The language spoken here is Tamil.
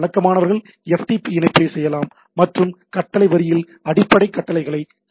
பழக்கமானவர்கள் FTP இணைப்பைச் செய்யலாம் மற்றும் கட்டளை வரியில் அடிப்படை கட்டளைகளை செய்யலாம்